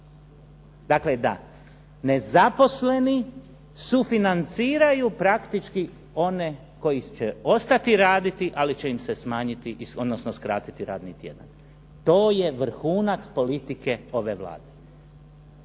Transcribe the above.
Dakle, da nezaposleni sufinanciraju praktički one koji će ostati raditi, ali će im se smanjiti, odnosno skratiti radni tjedan. To je vrhunac politike ove Vlade.